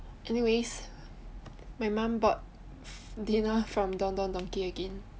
anyways my mom bought dinner from Don Don Donki again